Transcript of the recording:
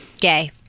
Gay